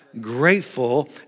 Grateful